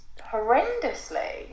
horrendously